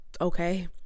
okay